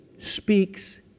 speaks